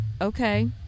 okay